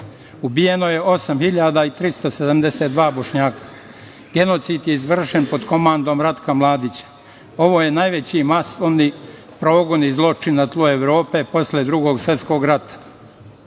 Ubijeno je 8.372 Bošnjaka. Genocid je izvršen pod komandom Ratka Mladića. Ovo je najveći masovni progon i zločin na tlu Evrope posle Drugog svetskog